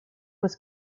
was